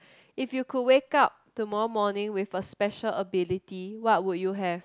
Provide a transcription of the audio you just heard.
if you could wake up tomorrow morning with a special ability what would you have